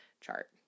chart